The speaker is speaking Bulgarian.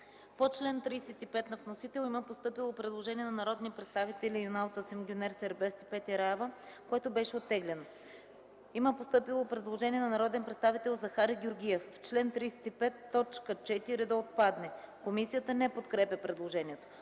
По чл. 35 на вносител има постъпило предложение на народните представители Юнал Тасим, Гюнер Сербест и Петя Раева, което беше оттеглено. Има постъпило предложение на народния представител Захари Георгиев – в чл. 35 т. 4 да отпадне. Комисията не подкрепя предложението.